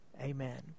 amen